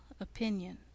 opinion